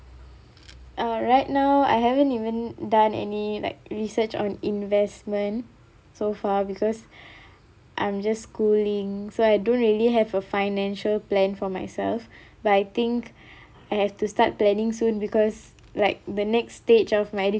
alright now I haven't even done any like research on investment so far because I'm just schooling so I don't really have a financial plan for myself but I think I have to start planning soon because like the next stage of my